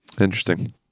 interesting